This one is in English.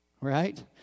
Right